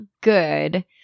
good